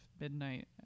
midnight